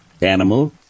Animal